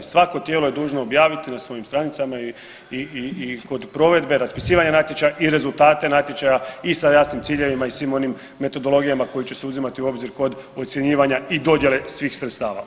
Svako tijelo je dužno objaviti na svojim stranicama i, i kod provedbe raspisivanja natječaja i rezultate natječaja i sa jasnim ciljevima i svim onim metodologijama koje će se uzimati u obzir kod ocjenjivanja i dodjele svih sredstava.